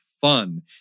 fun